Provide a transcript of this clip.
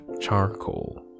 charcoal